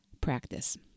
practice